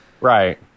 Right